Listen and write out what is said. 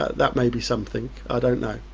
that may be something, i don't know.